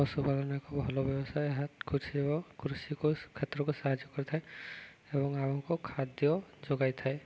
ପଶୁପାଳନ ଏକ ଭଲ ବ୍ୟବସାୟ ଏହା କୃଷି ଓ କୃଷିକୁ କ୍ଷେତ୍ରକୁ ସାହାଯ୍ୟ କରିଥାଏ ଏବଂ ଆମକୁ ଖାଦ୍ୟ ଯୋଗାଇଥାଏ